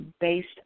based